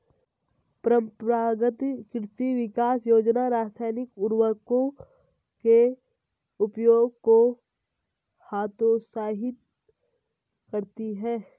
परम्परागत कृषि विकास योजना रासायनिक उर्वरकों के उपयोग को हतोत्साहित करती है